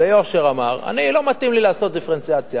ביושר, אמר: לא מתאים לי לעשות דיפרנציאציה.